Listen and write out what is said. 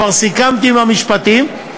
כבר סיכמתי עם המשפטים,